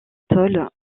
tôle